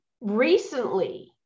recently